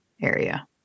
area